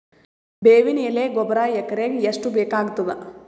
ಬೇವಿನ ಎಲೆ ಗೊಬರಾ ಎಕರೆಗ್ ಎಷ್ಟು ಬೇಕಗತಾದ?